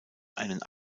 einen